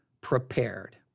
prepared